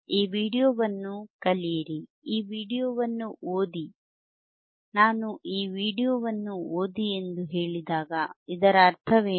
ಈ ವೀಡಿಯೊವನ್ನು ಕಲಿಯಿರಿ ಈ ವೀಡಿಯೊವನ್ನು ಓದಿ ನಾನು ಈ ವೀಡಿಯೊವನ್ನು ಓದಿ ಎಂದು ಹೇಳಿದಾಗ ಇದರ ಅರ್ಥವೇನು